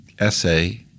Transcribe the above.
essay